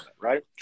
right